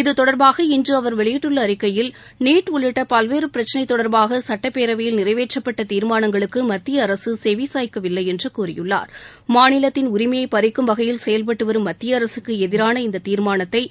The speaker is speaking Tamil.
இது தொடர்பாக இன்று அவர் வெளியிட்டுள்ள அறிக்கையில் நீட் உள்ளிட்ட பல்வேறு பிரச்சினை தொடர்பாக சட்டப்பேரவையில் நிறைவேற்றப்பட்ட தீர்மானங்களுக்கு மத்திய அரசு செவிசாய்க்கவில்லை என்று கூறியுள்ளா் மாநிலத்தின் உரிமையை பறிக்கும் வகையில் செயல்பட்டு வரும் மத்திய அரசுக்கு எதிரான இந்த தீர்மானத்தை